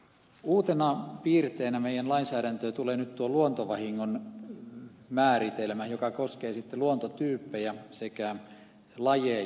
uutena piirteenä meidän lainsäädäntöömme tulee nyt tuo luontovahingon määritelmä joka koskee luontotyyppejä sekä lajeja